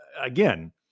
again